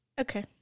okay